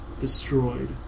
destroyed